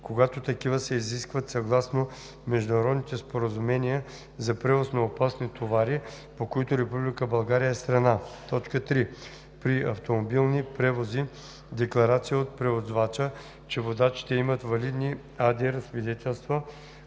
когато такива се изискват съгласно международните споразумения за превоз на опасни товари, по които Република България е страна; 3. при автомобилни превози – декларация от превозвача, че водачите имат валидни ADR свидетелства,